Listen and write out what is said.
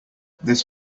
this